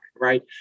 right